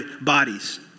bodies